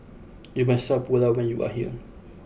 you must try Pulao when you are here